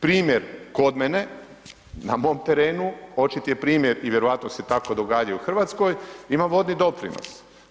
Primjer, kod mene, na mom terenu, očiti je primjer i vjerojatno se tako događa i u Hrvatskoj ima vodni doprinos.